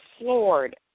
floored